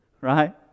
Right